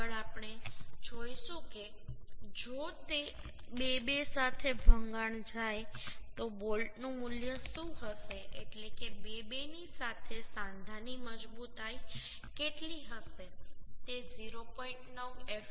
આગળ આપણે જોઈશું કે જો તે 2 2 સાથે ભંગાણ જાય તો બોલ્ટ નું મૂલ્ય શું હશે એટલે કે 2 2 ની સાથે સાંધાની મજબૂતાઈ કેટલી હશે તે 0